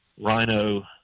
rhino